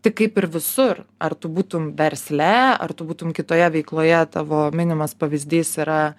tai kaip ir visur ar tu būtum versle ar tu būtum kitoje veikloje tavo minimas pavyzdys yra